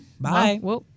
Bye